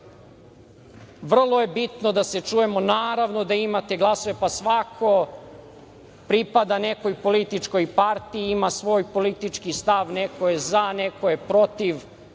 Vrlo je bitno da se čujemo. Naravno da imate glasove, pa svako pripada nekoj političkoj partiji, ima svoj politički stav, neko je za, neko je protiv,